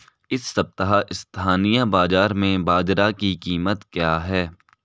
इस सप्ताह स्थानीय बाज़ार में बाजरा की कीमत क्या है?